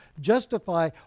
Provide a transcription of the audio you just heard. justify